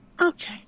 okay